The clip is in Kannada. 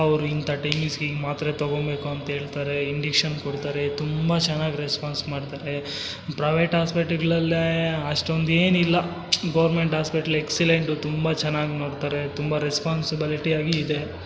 ಅವರು ಇಂಥ ಟೈಮಿಂಗ್ಸಿಗೆ ಈ ಮಾತ್ರೆ ತಗೋಬೇಕು ಅಂತೇಳ್ತಾರೆ ಇಂಡಿಕ್ಷನ್ ಕೊಡ್ತಾರೆ ತುಂಬ ಚೆನ್ನಾಗ್ ರೆಸ್ಪಾನ್ಸ್ ಮಾಡ್ತಾರೆ ಪ್ರವೇಟ್ ಹಾಸ್ಪೆಟ್ಲುಗ್ಳಲ್ಲೇ ಅಷ್ಟೊಂದು ಏನು ಇಲ್ಲ ಗೋರ್ಮೆಂಟ್ ಆಸ್ಪೆಟ್ಲ್ ಎಕ್ಸಿಲೆಂಟು ತುಂಬ ಚೆನ್ನಾಗ್ ನೋಡ್ತಾರೆ ತುಂಬ ರೆಸ್ಪಾನ್ಸಿಬಲಿಟಿಯಾಗಿ ಇದೆ